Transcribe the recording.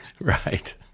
Right